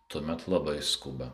tuomet labai skuba